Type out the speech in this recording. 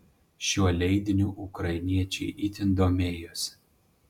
šiuo leidiniu ukrainiečiai itin domėjosi